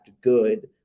good